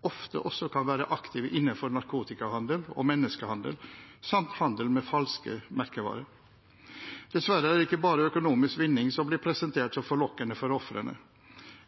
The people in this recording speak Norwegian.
ofte også kan være aktive innenfor narkotikahandel og menneskehandel samt handel med falske merkevarer. Dessverre er det ikke bare økonomisk vinning som blir presentert som forlokkende for ofrene.